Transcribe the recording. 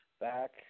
back